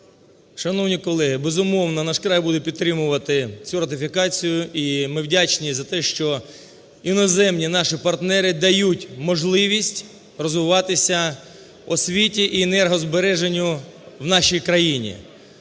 Шановні колеги, безумовно, "Наш край" буде підтримувати цю ратифікацію. І ми вдячні за те, що іноземні наші партнери дають можливість розвиватися освіті і енергозбереженню в нашій країні.